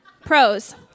Pros